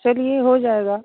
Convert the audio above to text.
चलिए हो जाएगा